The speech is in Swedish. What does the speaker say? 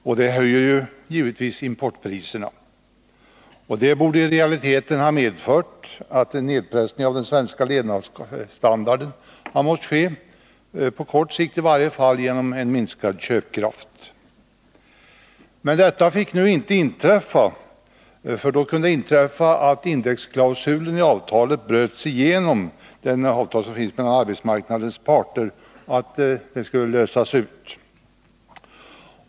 Då detta höjer importpriserna, borde det i realiteten ha medfört en nedpressning av den svenska levnadsstandarden, i varje fall på kort sikt, genom en minskad köpkraft. Med detta fick inte inträffa, för då kunde indexklausulen i avtalen mellan arbetsmarkandens parter lösas ut.